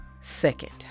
second